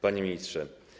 Panie Ministrze!